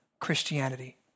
Christianity